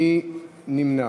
מי נמנע?